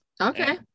Okay